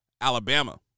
Alabama